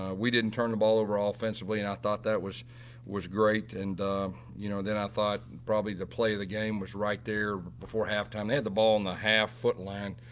we didn't turn the ball over ah offensively and i thought that was was great and you know then i thought probably the play of the game was right there. before halftime, they had the ball in the half foot line.